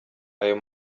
ayo